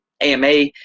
AMA